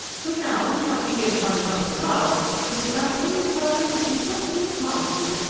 so now do not begin upon another flower but, without any farther superfluous modesty,